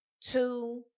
Two